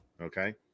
okay